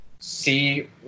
see